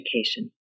Education